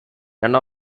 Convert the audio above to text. none